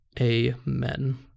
Amen